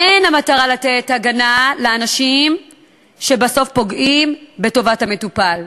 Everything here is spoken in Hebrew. אין המטרה לתת הגנה לאנשים שבסוף פוגעים בטובתם כמטופלים.